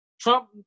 Trump